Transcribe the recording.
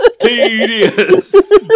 Tedious